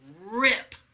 rip